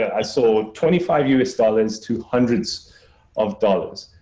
i saw twenty five us dollars to hundreds of dollars.